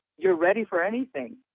you're ready for anything.